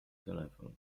telefon